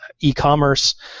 e-commerce